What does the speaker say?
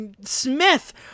Smith